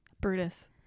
Brutus